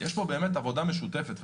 יש פה עבודה משותפת.